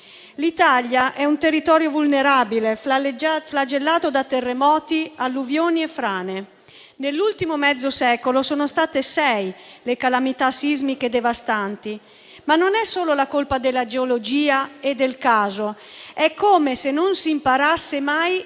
L'Italia ha un territorio vulnerabile, flagellato da terremoti, alluvioni e frane; nell'ultimo mezzo secolo sono state sei le calamità sismiche devastanti. Ma non è solo colpa della geologia e del caso; è come se non si imparasse mai